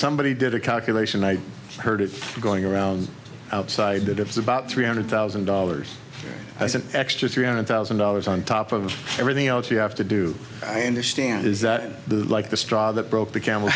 somebody did a calculation i heard it going around outside of the about three hundred thousand dollars as an extra three hundred thousand dollars on top of everything else you have to do i understand is that the like the straw that broke the camel